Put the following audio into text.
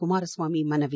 ಕುಮಾರಸ್ವಾಮಿ ಮನವಿ